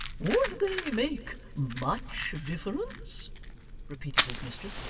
would they make much difference repeated his mistress.